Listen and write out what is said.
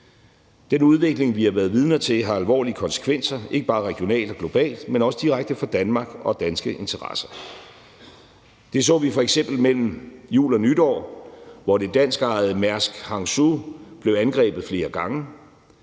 Den udvikling, vi har været vidner til, har alvorlige konsekvenser, ikke bare regionalt og globalt, men også direkte for Danmark og danske interesser. Det så vi f.eks. mellem jul og nytår, hvor det danskejede Mærsk Hangzhou blev angrebet flere gange.